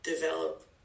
develop